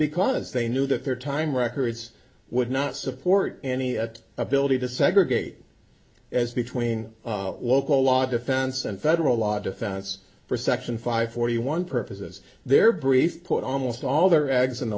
because they knew that their time records would not support any at ability to segregate as between local law defense and federal law defense for section five forty one purposes their briefs put almost all their eggs in